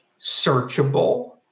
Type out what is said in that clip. searchable